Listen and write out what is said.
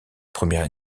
première